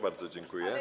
Bardzo dziękuję.